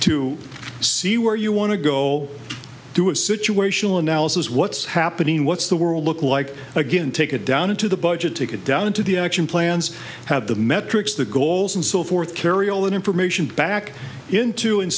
to see where you want to go do a situational analysis what's happening what's the world look like again take it down into the budget take it down into the action plans have the metrics the goals and so forth carry all that information back into and